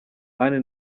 anne